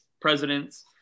presidents